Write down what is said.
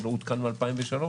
שלא עודכן מ-2003,